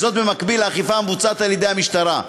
במקביל לאכיפה על-ידי המשטרה.